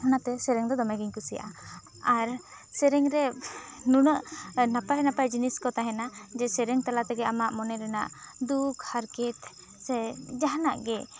ᱚᱱᱟᱛᱮ ᱥᱮᱨᱮᱧ ᱫᱚ ᱫᱚᱢᱮ ᱜᱮᱧ ᱠᱩᱥᱤᱭᱟᱜᱼᱟ ᱟᱨ ᱥᱮᱨᱮᱧ ᱨᱮ ᱱᱩᱱᱟᱹᱜ ᱱᱟᱯᱟᱭ ᱱᱟᱯᱟᱭ ᱡᱤᱱᱤᱥ ᱠᱚ ᱛᱟᱦᱮᱱᱟ ᱡᱮ ᱥᱮᱨᱮᱧ ᱛᱟᱞᱟ ᱛᱮᱜᱮ ᱟᱢᱟᱜ ᱢᱚᱱᱮ ᱨᱮᱱᱟᱜ ᱫᱩᱠᱷ ᱦᱟᱨᱠᱮᱛ ᱥᱮ ᱡᱟᱦᱟᱱᱟᱜ ᱜᱮ